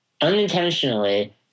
unintentionally